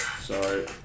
Sorry